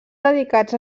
dedicats